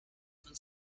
von